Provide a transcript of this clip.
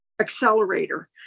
accelerator